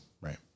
Right